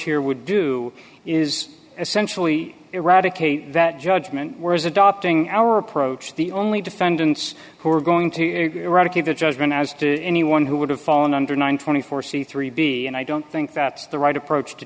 here would do is essentially eradicate that judgment whereas adopting our approach the only defendants who are going to eradicate the judgment as to anyone who would have fallen under nine twenty four c three b and i don't think that's the right approach to